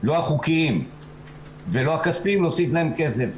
לא החוקיים ולא הכספיים להוסיף להם כסף.